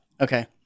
Okay